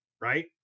Right